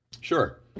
Sure